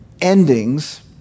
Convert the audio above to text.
endings